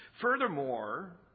Furthermore